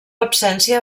absència